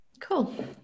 Cool